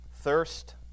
thirst